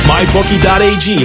MyBookie.ag